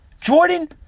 Jordan